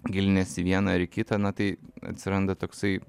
giliniesi į vieną ar į kitą na tai atsiranda toksai